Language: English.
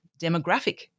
demographic